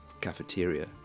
cafeteria